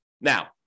Now